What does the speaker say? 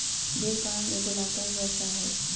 भेड़ पालन एगो लाभदायक व्यवसाय हइ